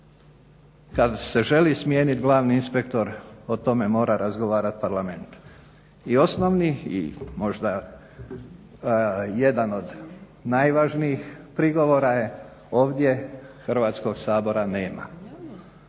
kad se želi smijeniti glavni inspektor o tome mora razgovarati Parlament. I osnovni i možda jedan od najvažnijih prigovora je ovdje Hrvatskog sabora nema.